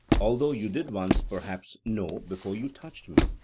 although you did once perhaps know before you touched me.